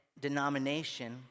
denomination